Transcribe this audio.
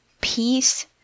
peace